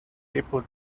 people